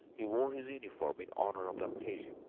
he wore his uniform in honour of the occasion.